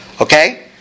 Okay